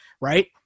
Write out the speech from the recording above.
right